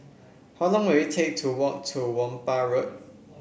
how long will it take to walk to Whampoa Road